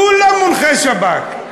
כולם מונחי-שב"כ.